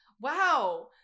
Wow